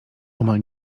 omal